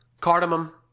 cardamom